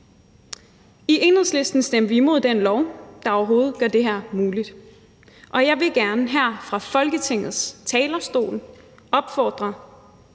I Enhedslisten stemte vi imod den lov, der overhovedet gør det her muligt, og jeg vil gerne her fra Folketingets talerstol opfordre